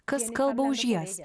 kas kalba už jas